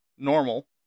Normal